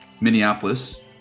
Minneapolis